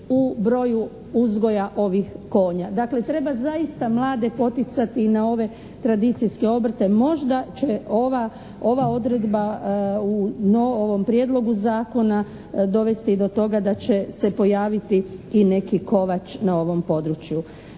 u broju uzgoja ovih konja. Dakle treba zaista mlade poticati na ove tradicijske obrte. Možda će ova, ova odredba u ovom Prijedlogu zakona dovesti i do toga da će pojaviti i neki kovač na ovom području.